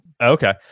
Okay